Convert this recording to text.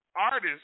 artists